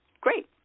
Great